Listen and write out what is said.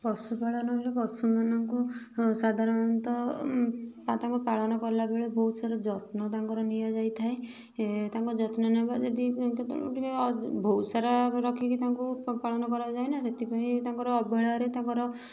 ପଶୁ ପାଳନ କଲେ ପଶୁମାନଙ୍କୁ ସାଧାରଣତଃ ତାଙ୍କୁ ପାଳନ କଲାବେଳେ ବହୁତସାରା ଯତ୍ନ ତାଙ୍କର ନିଆ ଯାଇଥାଏ ତାଙ୍କ ଯତ୍ନ ନେବା ଯଦି କେତେବେଳେ ଟିକେ ଅଧି ବହୁତ ସାରା ରଖିକି ତାଙ୍କୁ ପାଳନ କରାଯାଏ ନା ସେଥିପାଇଁ ତାଙ୍କର ଅବହେଳାରେ ତାଙ୍କର